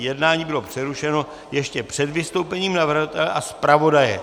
Jednání bylo přerušeno ještě před vystoupením navrhovatele a zpravodaje.